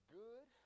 good